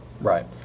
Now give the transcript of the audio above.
right